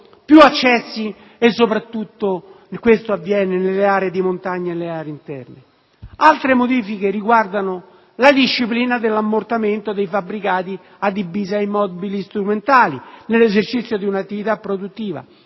più accessi come avviene nelle aree di montagna e nelle aree interne. Altre modifiche riguardano la disciplina dell'ammortamento dei fabbricati adibiti ad immobili strumentali nell'esercizio di una attività produttiva.